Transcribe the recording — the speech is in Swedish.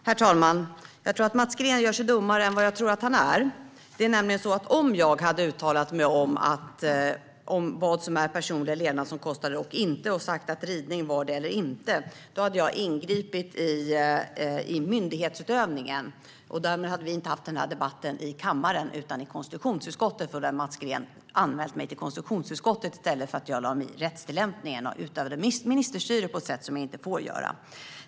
Herr talman! Jag tror att Mats Green gör sig dummare än vad jag tror att han är. Om jag hade uttalat mig om vad som är personliga levnadsomkostnader och inte och sagt att ridning är det eller inte är det hade jag ingripit i myndighetsutövningen. Därmed hade vi inte haft den här debatten i kammaren utan i konstitutionsutskottet, för då hade Mats Green anmält mig till konstitutionsutskottet i stället för att jag lagt mig i rättstillämpningen och utövade ministerstyre på ett sätt som jag inte får göra.